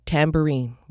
Tambourine